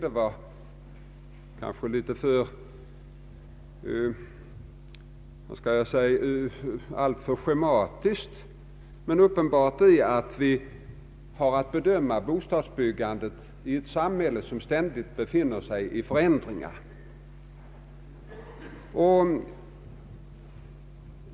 Den var alltför schematisk, men uppenbart är att vi har att bedöma bostadsbyggandet i ett samhälle som ständigt befinner sig i förändring.